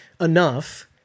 enough